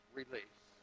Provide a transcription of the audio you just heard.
release